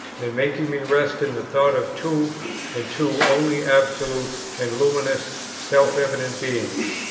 and making me rest in the thought of two and two only absolute and luminously self-evident beings,